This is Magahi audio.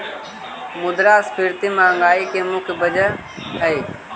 मुद्रास्फीति महंगाई की मुख्य वजह हई